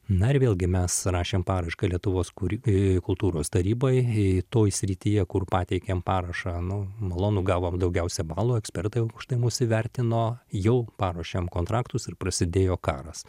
na ir vėlgi mes rašėm paraišką lietuvos kūr kultūros tarybai toj srityje kur pateikėm parašą nu malonu gavom daugiausia balų ekspertai už tai mus įvertino jau paruošėm kontraktus ir prasidėjo karas